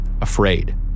afraid